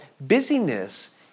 Busyness